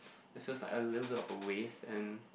it feels like a little bit of a waste and